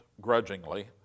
grudgingly